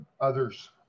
others